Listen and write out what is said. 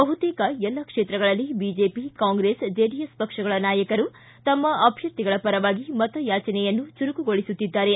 ಬಹುತೇಕ ಎಲ್ಲ ಕ್ಷೇತ್ರಗಳಲ್ಲಿ ಬಿಜೆಪಿ ಕಾಂಗ್ರೆಸ್ ಜೆಡಿಎಸ್ ಪಕ್ಷಗಳ ನಾಯಕರು ತಮ್ಮ ಅಭ್ಯರ್ಥಿಗಳ ಪರವಾಗಿ ಮತಯಾಚನೆಯನ್ನು ಚುರುಕುಗೊಳಿಸುತ್ತಿದ್ದಾರೆ